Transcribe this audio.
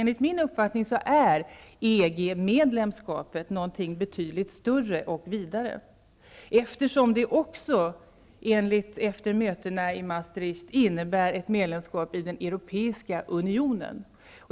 Enligt min uppfattning är EG medlemskapet någonting betydligt större och vidare, eftersom det också, efter mötena i Maastricht, innebär ett medlemskap i Europeiska unionen.